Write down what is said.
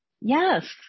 Yes